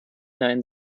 nein